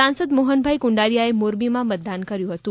સાંસદ મોહનભાઈ કુંડારિયાએ મોરબીમાં મતદાન કર્યું હતું